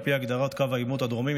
על פי הגדרת קו העימות הדרומי,